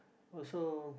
also